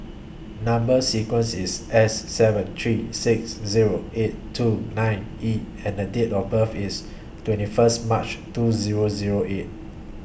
Number sequence IS S seven three six Zero eight two nine E and Date of birth IS twenty First March two Zero Zero eight